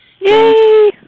Yay